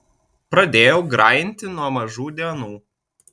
pradėjau grajinti nuo mažų dienų